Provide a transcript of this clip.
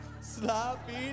Sloppy